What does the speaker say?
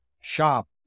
shop